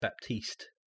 Baptiste